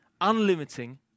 unlimiting